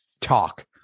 talk